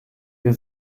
wir